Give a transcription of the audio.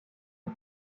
ont